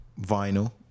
vinyl